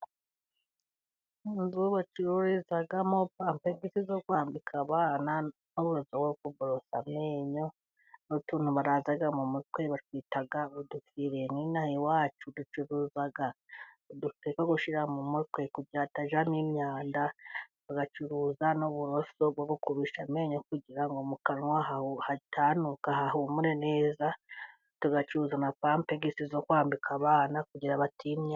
Inzu bacururizamo pampagisi zo kwambika abana, n'uburoso bwo kuborosa amenyo, n'utuntu baraza mu mutwe batwita udufire, n'inaha iwacu ducuruza udufire two gushyira mu mutwe kugira hatajyamo imyanda, bagacuruza n'uburoso bwo bu kurusha amenyo kugira mu kanwa hatanuka hahumure neza, tugacuruza ama pampegisi zo kwambika abana kugira batiyennyaho.